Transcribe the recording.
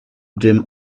dream